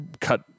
cut